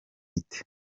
ite